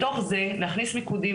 בתוך זה להכניס מיקודים,